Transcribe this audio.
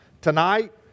Tonight